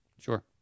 Sure